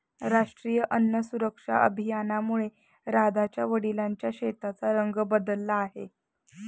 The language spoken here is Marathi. राष्ट्रीय अन्न सुरक्षा अभियानामुळे राधाच्या वडिलांच्या शेताचा रंग बदलला आहे